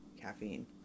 caffeine